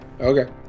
Okay